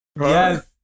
Yes